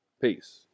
Peace